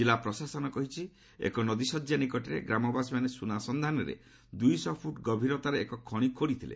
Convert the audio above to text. ଜିଲ୍ଲା ପ୍ରଶାସନ କହିଛି ଏକ ନଦୀ ଶର୍ଯ୍ୟା ନିକଟରେ ଗ୍ରାମବାସୀମାନେ ସୁନା ସନ୍ଧାନରେ ଦୂଇଶହ ଫୂଟ ଗଭୀରତାର ଏକ ଖଣି ଖୋଳି ଥିଲେ